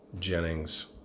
Jennings